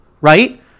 right